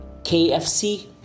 KFC